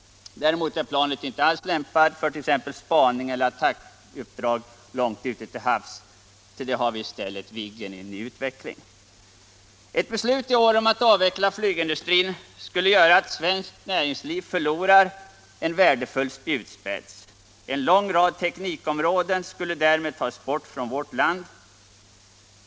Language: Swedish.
Däremot är planet inte alls lämpat för t.ex. spanings eller attackuppdrag långt ute till havs. För det ändamålet har vi i stället Viggen i ny version. Ett beslut i år om att avveckla flygindustrin skulle göra att svenskt näringsliv förlorar en värdefull spjutspets. En lång rad teknikområden skulle därmed tas bort från vårt land.